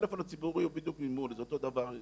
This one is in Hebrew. הטלפון הציבורי הוא בדיוק ממול, זה אותו דבר,